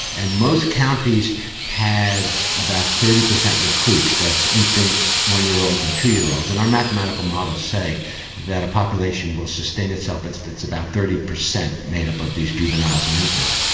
and most counties had about thirty percent recruits, that's infants, one-year-olds and two-year-olds, and our mathematical models say that a population will sustain itself if it's about thirty percent made up of these juveniles and infants.